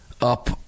up